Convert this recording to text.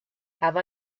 have